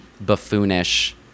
buffoonish